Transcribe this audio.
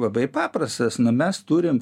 labai paprastas na mes turim